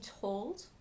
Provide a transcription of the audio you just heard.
told